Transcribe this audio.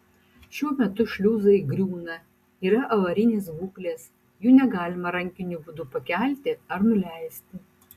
šiuo metu šliuzai griūna yra avarinės būklės jų negalima rankiniu būdu pakelti ar nuleisti